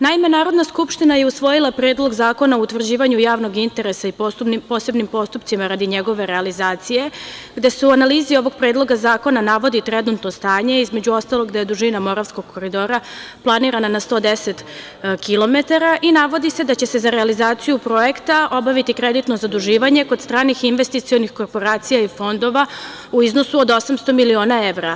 Naime, Narodna skupština je usvojila Predlog zakona o utvrđivanju javnog interesa u posebnim postupcima radi njegove realizacije, gde se u analizi ovog predloga zakona navodi trenutno stanje, između ostalog, da je dužina Moravskog koridora planirana na 110 kilometara i navodi se da će se za realizaciju projekta obaviti kreditno zaduživanje kod stranih investicionih korporacija i fondova u iznosu od 800 miliona evra.